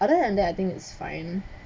other than that I think it's fine